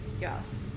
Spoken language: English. Yes